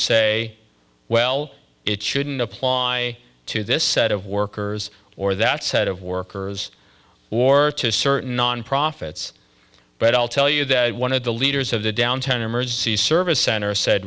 say well it shouldn't apply to this set of workers or that set of workers or to certain non profits but i'll tell you that one of the leaders of the downtown emergency service center said